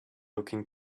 looking